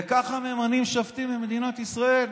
וככה ממנים שופטים במדינת ישראל.